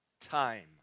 time